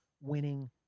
winning